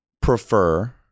prefer